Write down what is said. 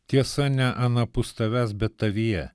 tiesa ne anapus tavęs bet tavyje